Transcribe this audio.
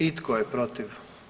I tko je protiv?